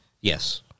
Yes